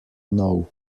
know